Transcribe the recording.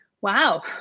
Wow